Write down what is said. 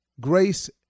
grace